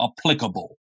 applicable